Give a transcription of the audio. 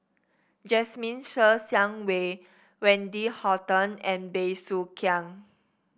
Jasmine Ser Xiang Wei Wendy Hutton and Bey Soo Khiang